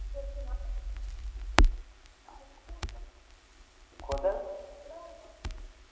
کوٚت حظ